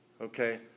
Okay